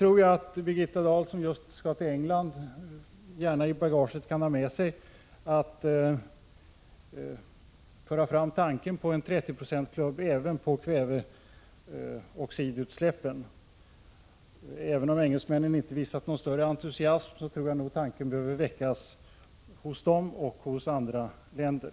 Jag tycker att Birgitta Dahl, som snart skall fara till England, gärna i bagaget kan ha med sig tanken på en 30-procentsklubb också när det gäller kväveoxidutsläppen. Även om engelsmännen inte visat någon större entusiasm härvidlag tror jag att tanken behöver väckas i England och i andra länder.